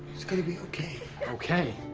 it's going to be okay. okay?